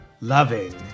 loving